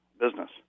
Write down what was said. business